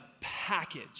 package